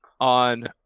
on